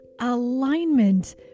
alignment